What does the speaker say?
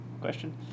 Question